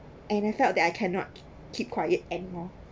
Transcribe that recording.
and I felt that I cannot ke~ keep quiet anymore